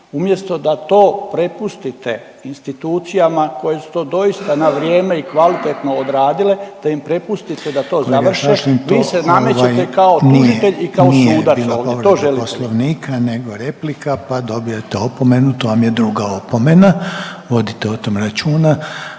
umjesto da to prepustite institucijama koje su to doista na vrijeme i kvalitetno odradile, te im prepustite da to završe, vi se namećete kao tužitelj i kao sudac ovdje, to želite.